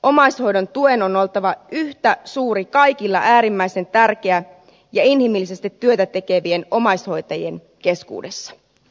omaishoidon tuen on oltava yhtä suuri kaikilla äärimmäisen tärkeää ja inhimillisestä työtä tekevien omaishoitajien keskuudessa